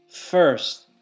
first